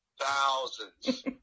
Thousands